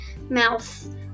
mouth